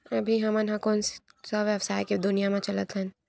अभी हम ह कोन सा व्यवसाय के दुनिया म चलत हन?